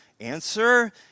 answer